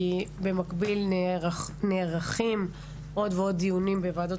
כי במקביל נערכים עוד ועוד דיונים בוועדות